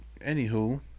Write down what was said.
anywho